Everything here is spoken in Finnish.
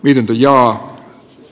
gil joo